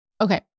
Okay